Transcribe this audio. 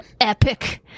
epic